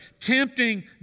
tempting